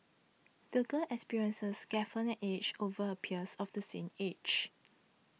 the girl's experiences gave her an edge over her peers of the same age